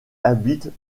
habitent